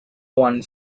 one